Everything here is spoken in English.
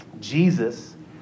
Jesus